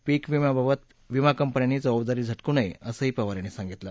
पीक विम्याबाबत विमा कंपन्यांनी जबाबदारी झटकू नये असंही पवार यांनी सांगितलं